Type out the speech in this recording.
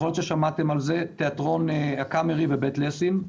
-- יכול להיות ששמעתם על זה: תיאטרון הקאמרי ובית ליסין,